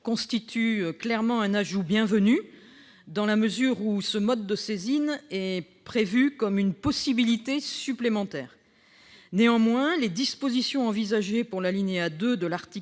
constitue clairement un ajout bienvenu, dans la mesure où ce mode de saisine est prévu comme une possibilité supplémentaire. Néanmoins, les dispositions envisagées pour l'alinéa 2 de l'article